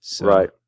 Right